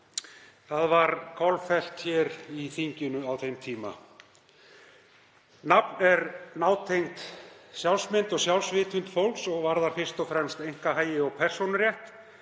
Það var kolfellt hér í þinginu á þeim tíma. Nafn er nátengt sjálfsmynd og sjálfsvitund fólks og varðar fyrst og fremst einkahagi og persónurétt.